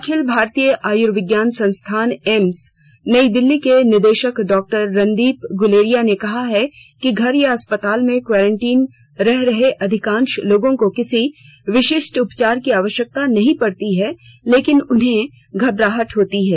अखिल भारतीय आयुर्विज्ञान संस्थान एम्स नई दिल्ली के निदेशक डॉक्टर रणदीप गुलेरिया ने कहा है कि घर या अस्पताल में क्वारंटीन में रह रहे अधिकांश लोगों को किसी विशिष्ट उपचार की आवश्यकता नहीं पडती है लेकिन उन्हें घबराहट होती है